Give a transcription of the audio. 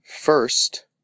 First